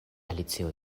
alicio